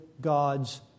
God's